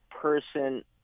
person